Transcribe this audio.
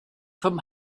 from